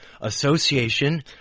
Association